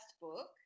book